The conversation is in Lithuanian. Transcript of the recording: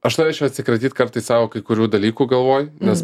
aš norėčiau atsikratyt kartais savo kai kurių dalykų galvoj nes